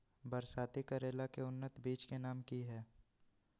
बरसाती करेला के उन्नत बिज के नाम की हैय?